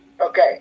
Okay